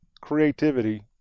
creativity